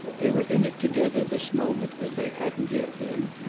they were in it together this moment as they hadn't yet been,